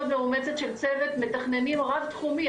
מאוד מאומצת של צוות מתכננים רב תחומי,